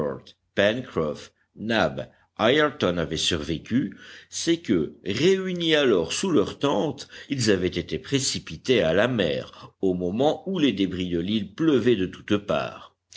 avaient survécu c'est que réunis alors sous leur tente ils avaient été précipités à la mer au moment où les débris de l'île pleuvaient de toutes parts